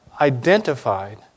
Identified